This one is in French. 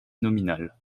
nominal